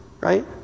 right